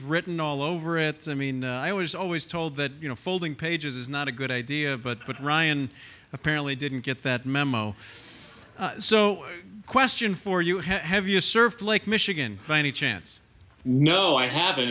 written all over it i mean i was always told that you know folding pages is not a good idea but ryan apparently didn't get that memo so question for you have have you surf lake michigan by any chance know i have